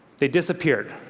they disappeared.